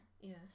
Yes